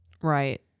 Right